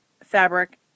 fabric